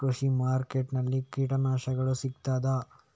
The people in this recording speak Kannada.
ಕೃಷಿಮಾರ್ಕೆಟ್ ನಲ್ಲಿ ಕೀಟನಾಶಕಗಳು ಸಿಗ್ತದಾ?